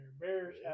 Bears